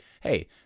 hey